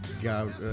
God